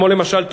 למשל,